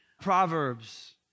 Proverbs